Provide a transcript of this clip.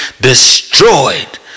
destroyed